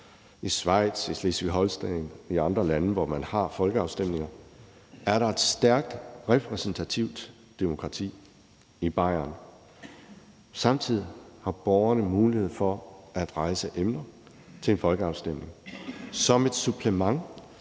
I Schweiz, i Slesvig-Holsten, i Bayern og i andre lande, hvor man har folkeafstemninger, er der et stærkt repræsentativt demokrati. Samtidig har borgerne mulighed for at rejse emner til en folkeafstemning som et supplement